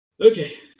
Okay